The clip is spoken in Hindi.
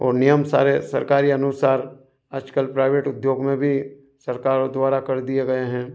और नियम सारे सरकारी अनुसार आजकल प्राइवेट उद्योग मे भी सरकारों द्वारा कर दिए गए हैं